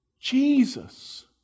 Jesus